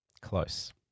close